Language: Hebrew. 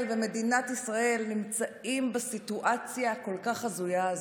ומדינת ישראל נמצאות בסיטואציה הכל-כך הזויה הזאת.